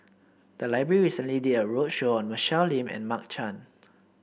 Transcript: the library recently did a roadshow on Michelle Lim and Mark Chan